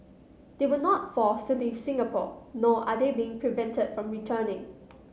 they were not forced to leave Singapore nor are they being prevented from returning